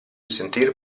sentir